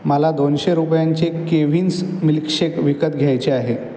मला दोनशे रुपयांचे केव्हिन्स मिल्कशेक विकत घ्यायचे आहे